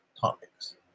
topics